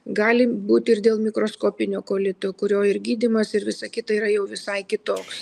gali būti ir dėl mikroskopinio kolito kurio ir gydymas ir visa kita yra jau visai kitoks